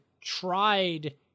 tried